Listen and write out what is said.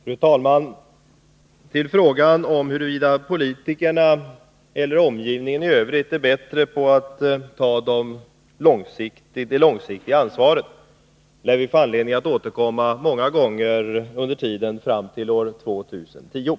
Fru talman! Till frågan om huruvida politikerna är bättre när det gäller att ta det långsiktiga ansvaret lär vi få anledning att återkomma många gånger under tiden fram till år 2010.